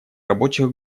рабочих